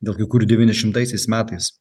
dėl kai kurių devyniasdešimtaisiais metais